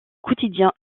quotidien